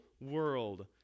world